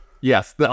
yes